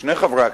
שני חברי הכנסת,